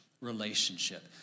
relationship